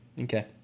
Okay